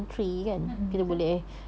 mm mm betul